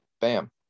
Bam